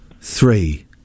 three